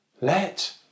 Let